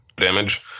damage